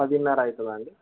పదిన్నర అవుతుందండి